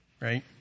right